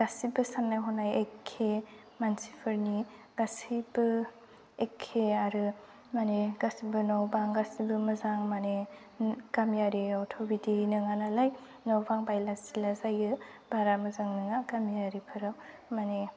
गासैबो साननाय हनाय एखे मानसिफोरनि गासैबो एखे आरो माने गासैबो न' बां गासैबो मोजां माने गामियारियावथ' बिदि नङा नालाय न' बां बायला जिला जायो बारा मोजां नङा गामियारिफोराव माने